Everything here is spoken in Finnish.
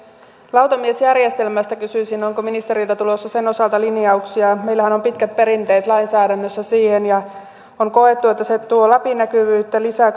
lautamiesjärjestelmästä kysyisin onko ministeriltä tulossa sen osalta linjauksia meillähän on pitkät perinteet lainsäädännössä siihen ja on koettu että se tuo läpinäkyvyyttä lisää